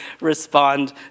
respond